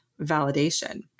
validation